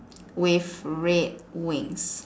with red wings